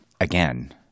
again